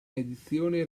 edizione